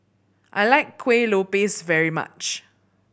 I like Kuih Lopes very much